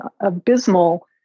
abysmal